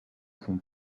son